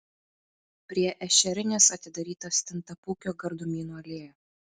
prie ešerinės atidaryta stintapūkio gardumynų alėja